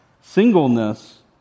singleness